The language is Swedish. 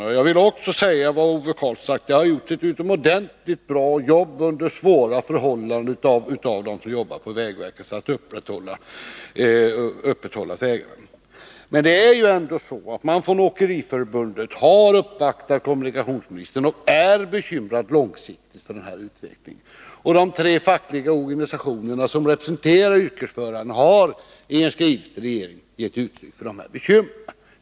Och jag vill instämma i vad Ove Karlsson tidigare sade: De som jobbar på vägverket har gjort ett utomordentligt bra jobb under svåra förhållanden för att upprätthålla framkomligheten på vägarna. Men det är ändå så, att Åkeriförbundet har uppvaktat kommunikationsministern och att det är bekymrat för den här utvecklingens effekter på lång sikt. Och de tre fackliga organisationer som representerar yrkesförarna har i en skivelse till regeringen gett uttryck för dessa bekymmer.